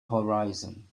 horizon